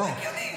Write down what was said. לא הגיוני.